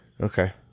Okay